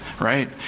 right